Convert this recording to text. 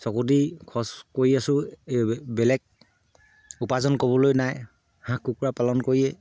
চকু দি খৰচ কৰি আছোঁ বেলেগ উপাৰ্জন ক'বলৈ নাই হাঁহ কুকুৰা পালন কৰিয়ে